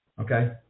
okay